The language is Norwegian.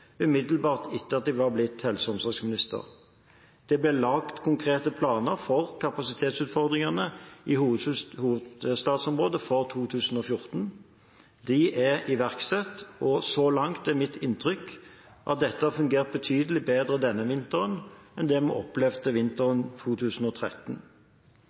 umiddelbart etter at jeg var blitt helse- og omsorgsminister. Det ble lagt konkrete planer for kapasitetsutfordringene i hovedstadsområdet for 2014. De er iverksatt, og så langt er mitt inntrykk at dette har fungert betydelig bedre denne vinteren enn det vi opplevde